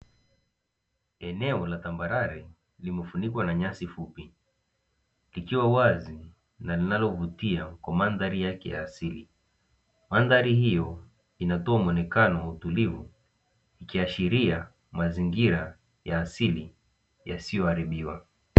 Eneo la tambarare, limefunikwa na nyasi fupi, likiwa wazi na linalovutia kwa mandhari yake ya asili. Mandhari hiyo inatoa muonekano wa utulivu, ikiashiria mazingira ya asili yasiyoharibiwa.